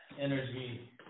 energy